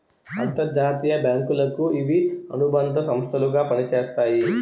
అంతర్జాతీయ బ్యాంకులకు ఇవి అనుబంధ సంస్థలు గా పనిచేస్తాయి